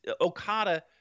Okada